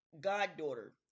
goddaughter